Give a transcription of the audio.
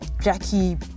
Jackie